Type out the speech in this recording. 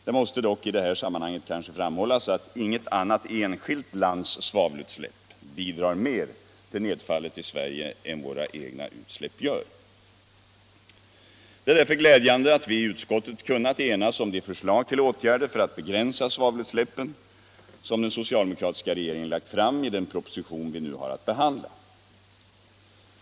Det måste dock i detta sammanhang framhållas att inget annat enskilt lands svavelutsläpp bidrar mer till nedfallet i Sverige än våra egna utsläpp gör. Det är därför glädjande att vi i utskottet kunnat enas om de förslag till åtgärder för att begränsa svavelutsläppen som den socialdemokratiska regeringen lagt fram i den proposition vi nu har att behandla.